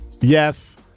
yes